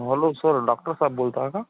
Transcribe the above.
hello sir doctor साहेब बोलता का